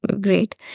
great